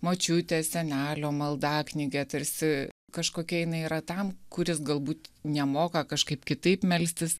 močiutės senelio maldaknygė tarsi kažkokia jinai yra tam kuris galbūt nemoka kažkaip kitaip melstis